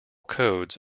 codes